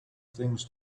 things